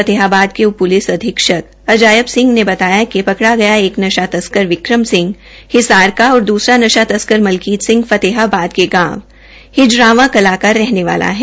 फतेहाबाद के उप प्लिस अधीक्षक अजायब सिंह ने बताया कि पकड़ा गेया एक नशा तस्कर विक्रम सिंह हिसार का और दूसरा नशा तस्कर मलकीत सिंह फतेहाबाद के गांव हिजरावां कलां का रहने वाला है